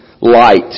light